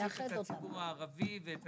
להוסיף את הציבור הערבי ואת